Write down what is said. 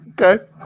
okay